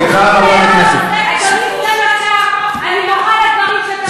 סליחה, אני מוחה על הדברים שאתה אומר.